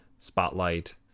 Spotlight